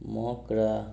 Mogra